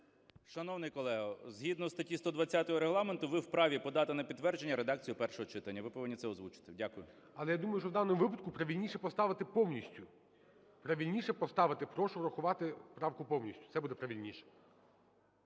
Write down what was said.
Шановний колего, згідно статті 120 Регламенту ви вправі подати на підтвердження редакцію першого читання. Ви повинні це озвучити. Дякую. ГОЛОВУЮЧИЙ. Але я думаю, що у даному випадку правильніше поставити повністю. Правильніше поставити: "прошу врахувати правку повністю" – це буде правильніше.